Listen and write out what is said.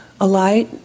alight